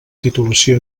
titulació